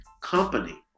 company